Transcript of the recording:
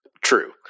True